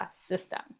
system